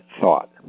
thought